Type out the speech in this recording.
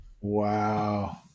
Wow